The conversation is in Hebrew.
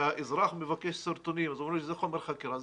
וכשהאזרח מבקש סרטונים אז אומרים לו שזה חומר חקירה,